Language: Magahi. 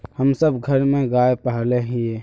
हम सब घर में गाय पाले हिये?